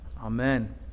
Amen